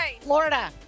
Florida